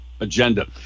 Agenda